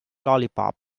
lollipop